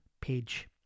page